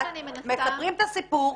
מספרים את הסיפור,